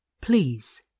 please